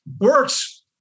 works